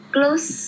close